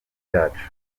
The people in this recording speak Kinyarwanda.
byacu